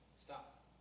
Stop